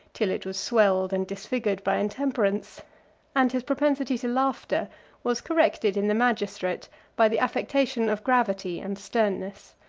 till it was swelled and disfigured by intemperance and his propensity to laughter was corrected in the magistrate by the affectation of gravity and sternness.